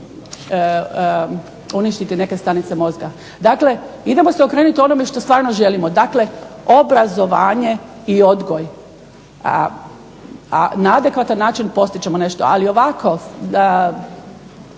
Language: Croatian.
uništiti neke stanice mozga. Dakle, idemo se okrenuti onome što stvarno želimo. Dakle, obrazovanje i odgoj, a na adekvatan način postići ćemo nešto. Ali ovako